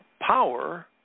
Power